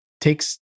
takes